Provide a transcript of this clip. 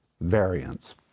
variance